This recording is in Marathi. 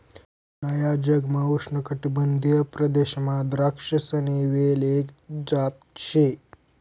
नया जगमा उष्णकाटिबंधीय प्रदेशमा द्राक्षसनी वेल एक जात शे